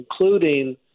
including